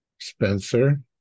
Spencer